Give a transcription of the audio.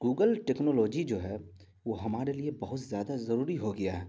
Google technology جو ہے وہ ہمارے لیے بہت زیادہ ضروری ہو گیا ہے